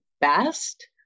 best